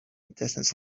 distance